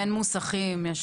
-- בין המוסכים למשרד התחבורה.